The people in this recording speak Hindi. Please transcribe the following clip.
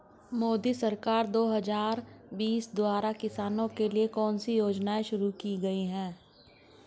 मोदी सरकार दो हज़ार बीस द्वारा किसानों के लिए कौन सी योजनाएं शुरू की गई हैं?